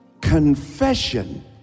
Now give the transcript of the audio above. confession